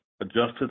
adjusted